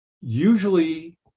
usually